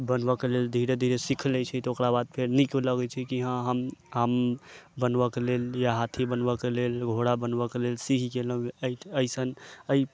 बनबयके लेल धीरे धीरे सीख लै छै तऽ ओकरा बाद फेर नीक लगै छै कि हँ हम आम बनबयके लेल या हाथी बनबयके लेल घोड़ा बनबयके लेल सीख गेलहुँ अइसन एहि